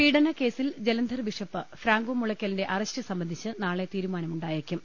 പീഡനക്കേസിൽ ജലന്ധർബിഷപ്പ് ഫ്രാങ്കോ മുളയ്ക്കലിന്റെ അറസ്റ്റ് സംബന്ധിച്ച് നാളെ തീരുമാനമുണ്ടായേക്കും